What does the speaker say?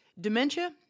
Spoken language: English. dementia